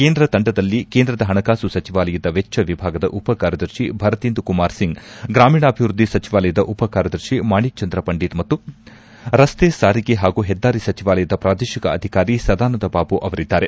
ಕೇಂದ್ರ ತಂಡದಲ್ಲಿ ಕೇಂದ್ರದ ಹಣಕಾಸು ಸಚಿವಾಲಯದ ವೆಚ್ಚ ವಿಭಾಗದ ಉಪ ಕಾರ್ಯದರ್ಶಿ ಭರತೇಂದು ಕುಮಾರ್ ಒಂಗ್ ಗ್ರಾಮೀಣಾಭಿವೃದ್ದಿ ಸಚಿವಾಲಯದ ಉಪ ಕಾರ್ಯದರ್ಶಿ ಮಾಣಿಕ್ ಚಂದ್ರ ಪಂಡಿತ್ ಮತ್ತು ರಸ್ತೆ ಸಾರಿಗೆ ಹಾಗೂ ಹೆದ್ದಾರಿ ಸಚಿವಾಲಯದ ಪ್ರಾದೇಶಿಕ ಅಧಿಕಾರಿ ಸದಾನಂದ ಬಾಬು ಅವರಿದ್ದಾರೆ